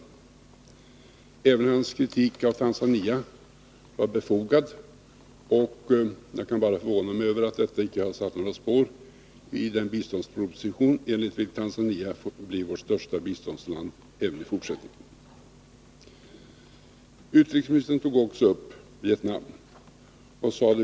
Även utrikesministerns kritik av Tanzania var befogad, och jag kan bara förvåna mig över att den icke har satt några spår i den biståndsproposition, enligt vilken Tanzania fått bli vårt främsta biståndsland även i fortsättningen. Utrikesministern tog också upp Vietnam.